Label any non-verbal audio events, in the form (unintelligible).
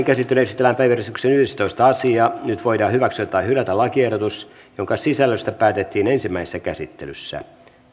(unintelligible) käsittelyyn esitellään päiväjärjestyksen yhdestoista asia nyt voidaan hyväksyä tai hylätä lakiehdotus jonka sisällöstä päätettiin ensimmäisessä käsittelyssä